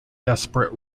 desperate